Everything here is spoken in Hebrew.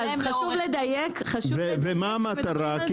ומה המטרה?